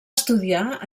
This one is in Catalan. estudiar